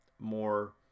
more